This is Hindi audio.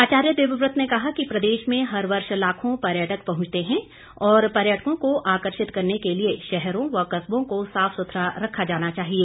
आचार्य देवव्रत ने कहा कि प्रदेश में हर वर्ष लाखों पर्यटक पहुंचते हैं और पर्यटकों को आकर्षित करने के लिए शहरों और कस्बों को साफ सुथरा रखा जाना चाहिए